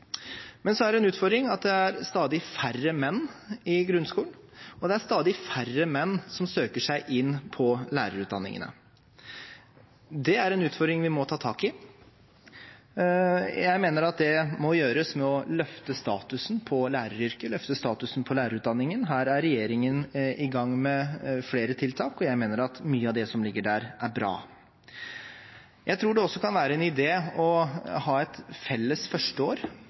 Men så er det en utfordring at det er stadig færre menn i grunnskolen, og det er stadig færre menn som søker seg inn på lærerutdanningene. Det er en utfordring vi må ta tak i. Jeg mener at det må gjøres ved å løfte statusen til læreryrket, løfte statusen til lærerutdanningen. Her er regjeringen i gang med flere tiltak, og jeg mener at mye av det som ligger der, er bra. Jeg tror det også kan være en idé å ha et felles første år